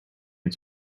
its